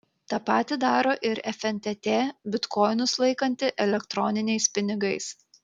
tą patį daro ir fntt bitkoinus laikanti elektroniniais pinigais